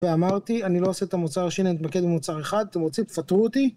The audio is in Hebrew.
ואמרתי, אני לא עושה את המוצר השני, אני מתמקד במוצר אחד, אתם רוצים תפטרו אותי